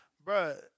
Bro